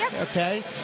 Okay